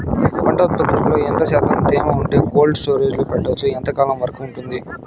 పంట ఉత్పత్తులలో ఎంత శాతం తేమ ఉంటే కోల్డ్ స్టోరేజ్ లో పెట్టొచ్చు? ఎంతకాలం వరకు ఉంటుంది